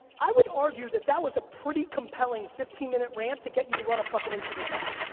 i would argue that that was a pretty compelling fifteen minute rant to get you to run a fucking instagram ad,